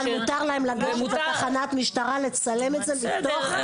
אבל מותר להם בתחנת משטרה לצלם את זה מתוך